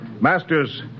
Masters